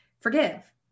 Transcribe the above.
forgive